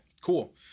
cool